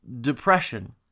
depression